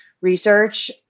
research